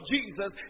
Jesus